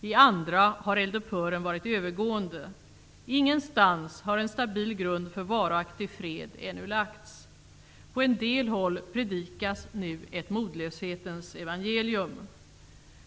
I andra har eldupphören varit övergående. Ingenstans har en stabil grund för varaktig fred ännu lagts. På en del håll predikas nu ett modlöshetens evangelium.